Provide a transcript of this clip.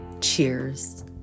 Cheers